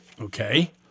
Okay